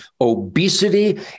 obesity